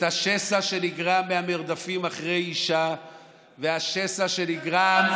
את השסע שנגרם מהמרדפים אחרי אישה ואת השסע שנגרם,